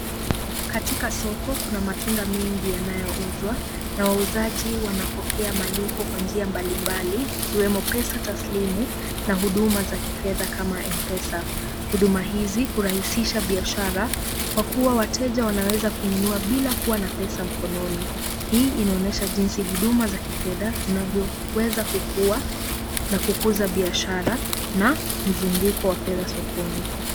Katika soko kuna matunda mengi yanayouzwa na wauzaji wanapokea malipo kwa njia mbalimbali ikiwemo pesa taslimu na huduma za kifedha kama M-pesa. Huduma hizi hurahisisha biashara kwa kuwa wateja wanaweza kununua bila kuwa na pesa mkononi. Hii inaonyesha jinsi huduma za kifedha zinavyoweza kukua na kukuza biashara na mzunguko wa fedha sokoni.